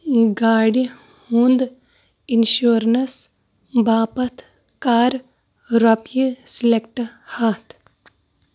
گاڑِ ہُنٛد اِنشورَنَس باپَتھ کَر رۄپیہِ سِلیکٹ ہَتھ